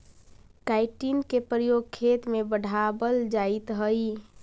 chitin के प्रयोग खेत में बढ़ावल जाइत हई